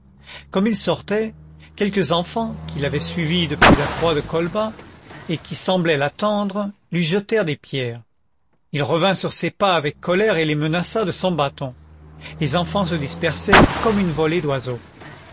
comme il sortait quelques enfants qui l'avaient suivi depuis la croix de colbas et qui semblaient l'attendre lui jetèrent des pierres il revint sur ses pas avec colère et les menaça de son bâton les enfants se dispersèrent comme une volée d'oiseaux